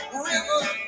river